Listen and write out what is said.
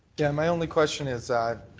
yeah. my only question is,